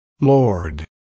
Lord